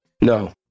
No